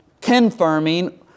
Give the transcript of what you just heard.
confirming